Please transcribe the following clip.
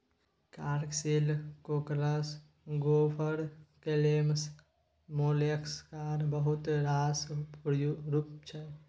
ark shell, cockles, gaper clams मोलेस्काक बहुत रास रुप छै